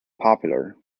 popular